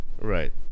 Right